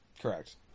correct